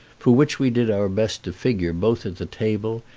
for which we did our best to figure both at the table,